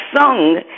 sung